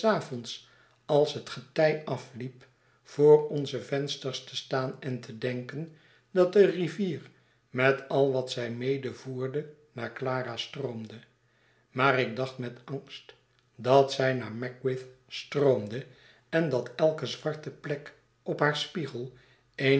als het getij afliep voor onze vensters te staan en te denken dat de rivier met al wat zij medevoerde naar clara stroomde maar ik dacht met angst dat zij naar magwitch stroomde en dat elke zwarte plek op haar spiegel